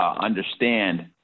understand